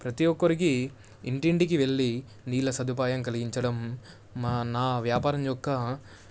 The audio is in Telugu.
ప్రతి ఒక్కరికి ఇంటింటికి వెళ్ళి నీళ్ళ సదుపాయం కలిగించడం మా నా వ్యాపారం యొక్క